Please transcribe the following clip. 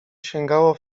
sięgało